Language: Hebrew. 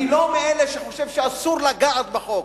אני לא מאלה שחושבים שאסור לגעת בחוק.